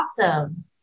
awesome